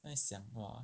在想 !wah!